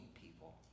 people